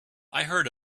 heard